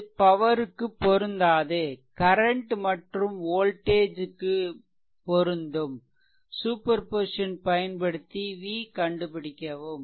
இது பவர் க்கு பொருந்தாது கரன்ட் மற்றும் வோல்டேஜ் க்குக்கு பொருந்தும் சூப்பர்பொசிசன் பயன்படுத்தி v கண்டுபிடிக்கவும்